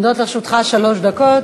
עומדות לרשותך שלוש דקות.